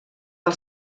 del